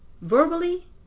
verbally